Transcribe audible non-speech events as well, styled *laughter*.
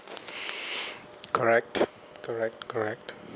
*breath* correct correct correct